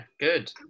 good